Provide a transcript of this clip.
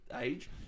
age